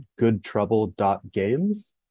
goodtrouble.games